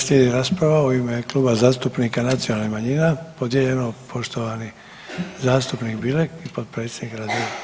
Slijedi rasprava u ime Kluba zastupnika nacionalnih manjina podijeljeno, poštovani zastupnik Bilek i potpredsjednik Radin.